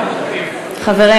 חברים,